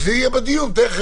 אז זה יהיה בדיון תיכף.